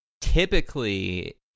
typically